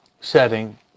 setting